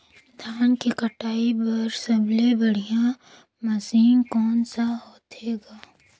धान के कटाई बर सबले बढ़िया मशीन कोन सा होथे ग?